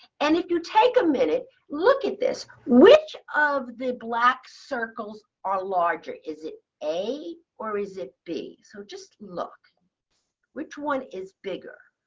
and if you take a minute, look at this. which of the black circles are larger is it a or is it b? so just look which one is bigger?